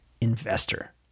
Investor